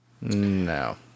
No